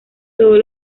todos